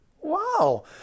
Wow